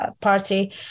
party